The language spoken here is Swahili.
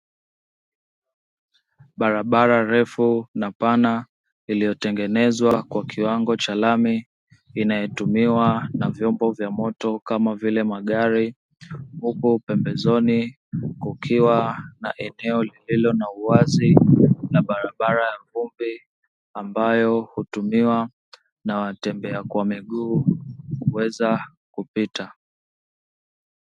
Barabara refu na pana iliyotengenezwa kwa kiwango cha lami inayotumiwa na vyombo vya moto kama vile magari, huku pembezoni kukiwa na eneo lililo na uwazi na barabara ya vumbi ambayo hutumiwa na watembea kwa miguu, kuweza kupita.